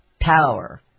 power